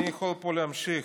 אני יכול פה להמשיך.